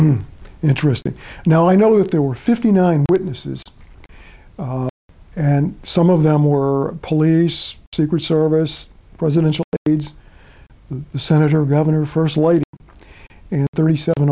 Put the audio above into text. l interesting now i know that there were fifty nine witnesses and some of them were police secret service presidential aides the senator governor first lady thirty seven